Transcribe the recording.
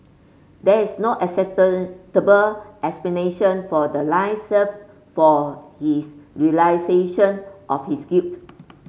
there is no explanation for the lies save for his realisation of his guilt